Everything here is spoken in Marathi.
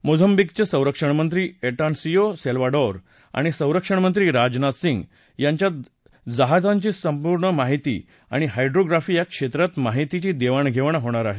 मोझम्बिकचे संरक्षणमंत्री असानासियो सख्खाडोर आणि संरक्षणमंत्री राजनाथ सिंग यांच्यात जहाजांची परिपूर्ण माहिती आणि हायड्रोप्राफी या क्षेत्रांत माहितीची देवाण घेवाण होणार आहे